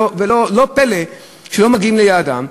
לא פלא שהם לא מגיעים ליעדם,